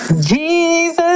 Jesus